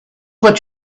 what